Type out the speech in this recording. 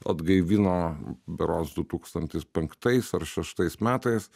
atgaivino berods du tūkstantis penktais ir šeštais metais